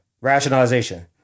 Rationalization